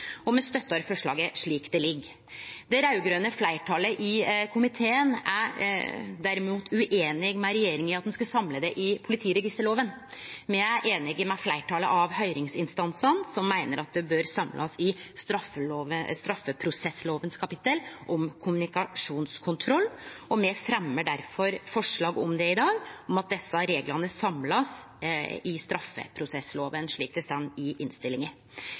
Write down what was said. og me støttar forslaget slik det ligg føre. Det raud-grøne fleirtalet i komiteen er derimot ueinig med regjeringa i at ein skal samle det i politiregisterloven. Me er einige med fleirtalet av høyringsinstansane, som meiner at det bør samlast i straffeprosessloven, i kapittelet om kommunikasjonskontroll. Me fremjar difor forslag i dag om at desse reglane blir samla i straffeprosessloven, slik det står i innstillinga.